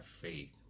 faith